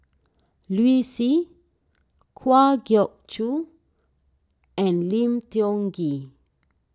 Liu Si Kwa Geok Choo and Lim Tiong Ghee